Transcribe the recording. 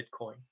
Bitcoin